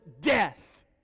death